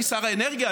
אני שר האנרגיה,